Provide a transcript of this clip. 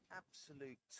absolute